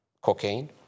cocaine